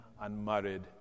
unmarried